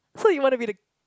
so you want to be the